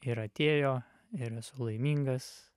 ir atėjo ir esu laimingas